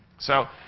so,